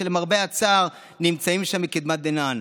שלמרבה הצער נמצאים שם מקדמת דנא.